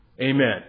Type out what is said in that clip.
Amen